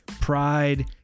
pride